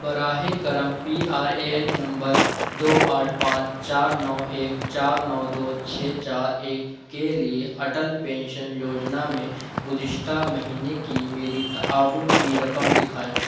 براہ کرم P R A N نمبر دو آٹھ پانچ چار نو ایک چار نو دو چھ چار ایک کے لیے اٹل پینشن یوجنا میں گزشتہ مہینے کی میری تعاون کی رقم دکھانئیے